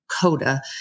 CODA